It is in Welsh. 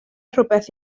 rhywbeth